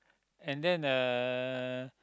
and then uh